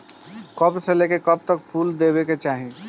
कब से लेके कब तक फुल देवे के चाही?